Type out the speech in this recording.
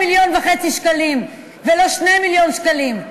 מיליון וחצי שקלים ולא 2 מיליון שקלים.